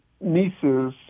nieces